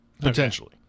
Potentially